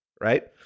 right